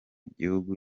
gihugu